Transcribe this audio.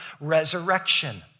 resurrection